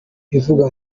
ivuga